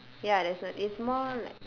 ya there's no it's more like